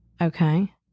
Okay